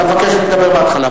אני מבקש לדבר בהתחלה.